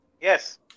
Yes